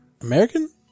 American